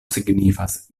signifas